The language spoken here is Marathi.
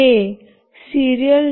आणि हे सीरियल